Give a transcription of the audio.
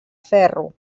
ferro